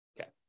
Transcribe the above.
Okay